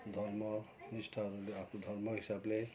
धर्म इष्टहरूले आफ्नो धर्म हिसाबले